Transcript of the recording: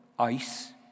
ice